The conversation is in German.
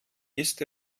ist